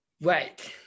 Right